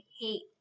hate